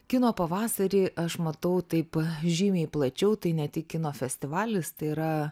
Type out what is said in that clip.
kino pavasarį aš matau taip žymiai plačiau tai ne tik kino festivalis tai yra